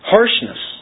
Harshness